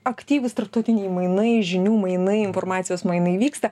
aktyvūs tarptautiniai mainai žinių mainai informacijos mainai vyksta